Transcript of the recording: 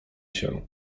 się